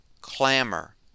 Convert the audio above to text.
clamor